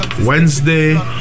Wednesday